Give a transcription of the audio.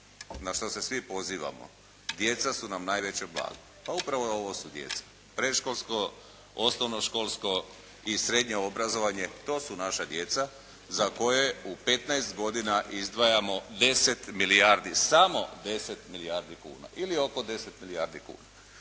na što se svi pozivamo. Djeca su nam najveće blago. Pa upravo ovo su djeca predškolsko, osnovno školstvo i srednje obrazovanje. To su naša djeca za koje u 15 godina izdvajamo 10 milijardi, samo 10 milijardi kuna ili oko 10 milijardi kuna.